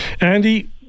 andy